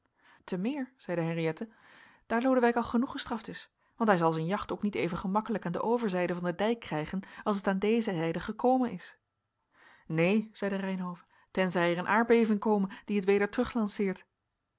te meer zeide henriëtte daar lodewijk al genoeg gestraft is want hij zal zijn jacht ook niet even gemakkelijk aan de overzijde van den dijk krijgen als het aan deze zijde gekomen is neen zeide reynhove tenzij er een aardbeving kome die het weder